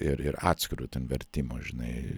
ir ir atskiru ten vertimu žinai